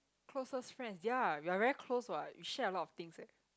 closest friend ya we're very close what we share a lot of things eh